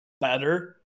better